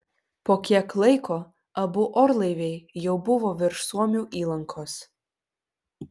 po kiek laiko abu orlaiviai jau buvo virš suomių įlankos